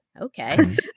Okay